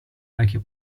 vecchio